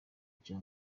cya